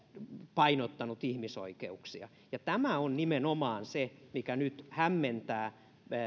painottanut ihmisoikeuksia tämä on nimenomaan se mikä nyt hämmentää